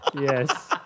Yes